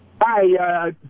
Hi